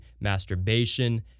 masturbation